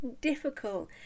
difficult